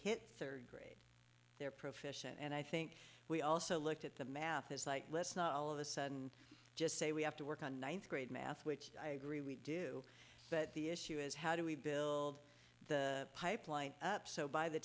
hit third grade their profession and i think we also looked at the math is like let's not all of a sudden just say we have to work on ninth grade math which i agree we do but the issue is how do we build the pipeline up so by the